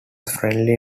friendly